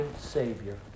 Savior